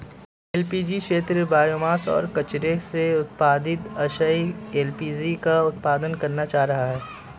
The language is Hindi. एल.पी.जी क्षेत्र बॉयोमास और कचरे से उत्पादित अक्षय एल.पी.जी का उत्पादन करना चाह रहा है